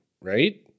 Right